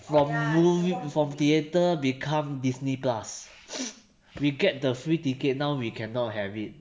from mov~ from theater become disney plus we get the free ticket now we cannot have it